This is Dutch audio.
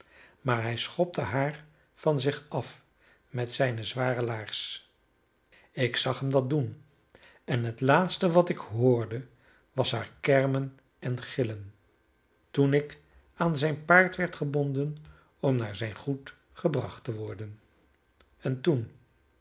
maar hij schopte haar van zich af met zijne zware laars ik zag hem dat doen en het laatste wat ik hoorde was haar kermen en gillen toen ik aan zijn paard werd gebonden om naar zijn goed gebracht te worden en toen